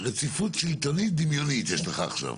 רציפות שלטונית דמיונית יש לך עכשיו.